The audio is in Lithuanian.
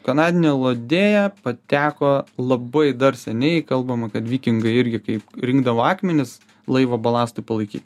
kanadinė elodėja pateko labai dar seniai kalbama kad vikingai irgi kai rinkdavo akmenis laivo balastui palaikyt